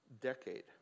decade